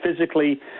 physically